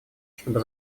чтобы